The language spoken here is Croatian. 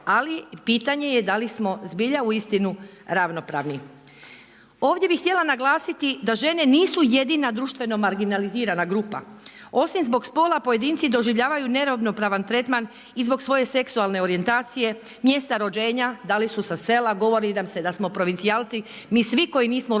Ali pitanje je da li smo zbilja uistinu ravnopravni. Ovdje bih htjela naglasiti da žene nisu jedina društveno marginalizirana grupa. Osim zbog spola pojedinci doživljavaju neravnopravan tretman i zbog svoje seksualne orijentacije, mjesta rođenja, da li su sa sela. Govori nam se da smo provincijalci mi svi koji nismo rođeni